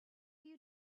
you